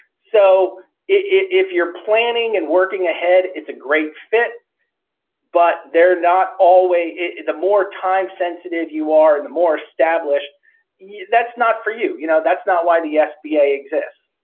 so if you're planning and working ahead it's a great fit but they're not always the more time sensitive you are in the more established you that's not for you. you know that's not why the sba exists.